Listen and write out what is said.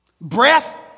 Breath